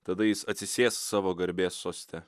tada jis atsisės savo garbės soste